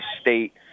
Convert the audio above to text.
state